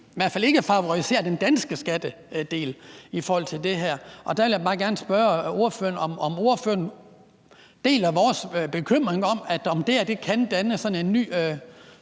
i hvert fald ikke favoriserer den danske skattedel i forhold til det her. Der vil jeg bare gerne spørge ordføreren, om ordføreren deler vores bekymring for, om det her kan danne sådan en new